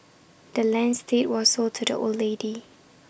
the land's deed was sold to the old lady